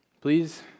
Please